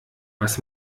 was